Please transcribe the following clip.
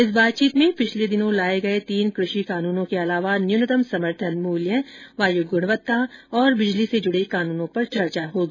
इस बातचीत में पिछले दिनों लाए गए तीन कृषि कानूनों के अलावा न्यूनतम समर्थन मूल्य वायु गुणवत्ता और बिजली से जुड़े कानूनों पर चर्चा होगी